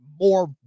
more